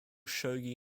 shogi